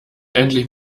endlich